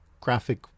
graphic